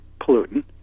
pollutant